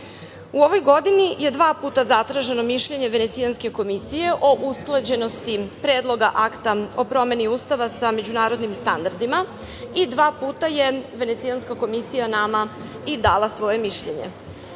ovoj godini je dva puta zatraženo mišljenje Venecijanske komisije o usklađenosti Predloga akta o promeni Ustava sa međunarodnim standardima i dva puta je Venecijanska komisija nama dala svoje mišljenje.U